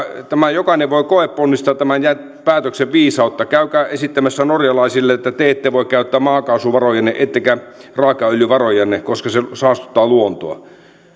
jokainen voi koeponnistaa tämän päätöksen viisautta käykää esittämässä norjalaisille että te ette voi käyttää maakaasuvarojanne ettekä raakaöljyvarojanne koska se saastuttaa luontoa